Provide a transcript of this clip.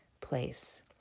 place